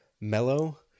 Mellow